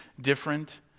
different